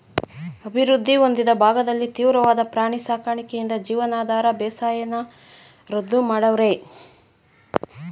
ಅಭಿವೃದ್ಧಿ ಹೊಂದಿದ ಭಾಗದಲ್ಲಿ ತೀವ್ರವಾದ ಪ್ರಾಣಿ ಸಾಕಣೆಯಿಂದ ಜೀವನಾಧಾರ ಬೇಸಾಯನ ರದ್ದು ಮಾಡವ್ರೆ